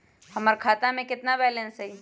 हमर खाता में केतना बैलेंस हई?